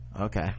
okay